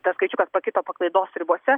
tas skaičiukas pakito paklaidos ribose